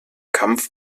kampf